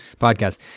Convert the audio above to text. podcast